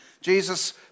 Jesus